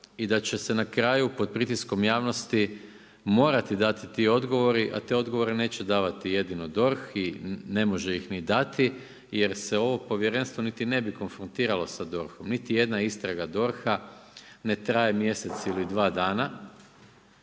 i da će se na kraju pod pritiskom javnosti morati dati ti odgovori a te odgovore neće davati jedino DORH i ne može ih ni dati, jer se ovo povjerenstvo niti ne bi konfrontiralo sa DORH-om. Niti jedna istraga DORH-a ne traje mjesec ili dva dana,